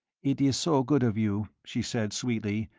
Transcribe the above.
it is so good of you, she said, sweetly,